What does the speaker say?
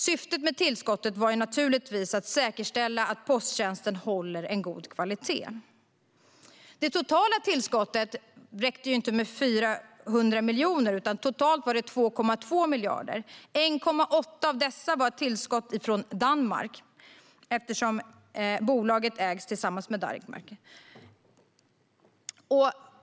Syftet med tillskottet var naturligtvis att säkerställa att posttjänsten håller en god kvalitet. Tillskottet på 400 miljoner räckte dock inte. Totalt var det 2,2 miljarder, varav 1,8 miljarder var ett tillskott från Danmark, eftersom bolaget ägs tillsammans med Danmark.